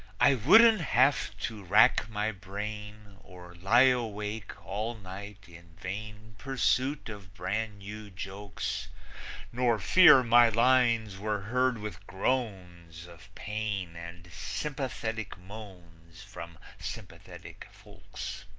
i wouldn't have to rack my brain or lie awake all night in vain pursuit of brand new jokes nor fear my lines were heard with groans of pain and sympathetic moans from sympathetic folks.